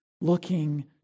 looking